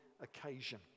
occasion